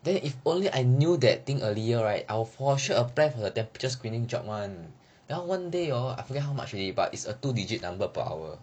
then if only I knew that thing earlier right I will for sure apply for the temperature screening job [one] that one one day hor I forget how much already but it's a two digit number per hour